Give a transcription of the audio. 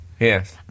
Yes